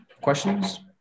Questions